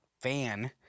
fan